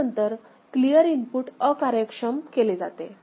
त्यानंतर clear input अकार्यक्षम केले जाते